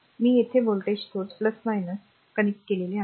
मी हे येथे व्होल्टेज स्रोत आणि कनेक्ट केलेले आहे